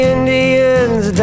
Indians